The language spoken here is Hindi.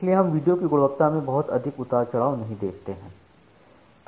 इसलिए हम वीडियो की गुणवत्ता में बहुत अधिक उतार चढ़ाव नहीं देखते हैं